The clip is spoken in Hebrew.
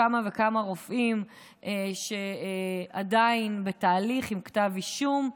כמה וכמה רופאים שעדיין בתהליך עם כתב אישום,